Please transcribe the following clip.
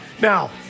Now